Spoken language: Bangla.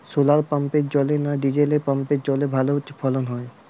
শোলার পাম্পের জলে না ডিজেল পাম্পের জলে ভালো ফসল হয়?